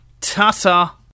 Ta-ta